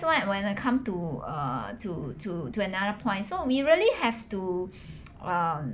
why when I come to err to to to another point so we really have to um